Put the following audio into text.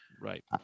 Right